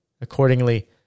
Accordingly